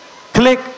Click